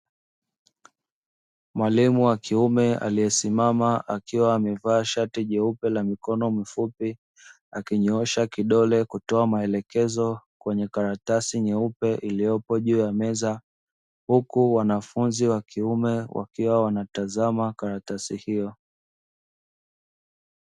Mwalimu wa kiume aliyesimama akiwa amevaa shati nyeupe la mikono mfupi, akinyoosha kidole kutoa maelekezo kwenye karatasi nyeupe iliyopo juu ya meza, huku wanafunzi wa kiume wakiwa wanatazama karatasi hiyo.